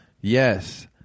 Yes